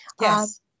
Yes